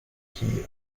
key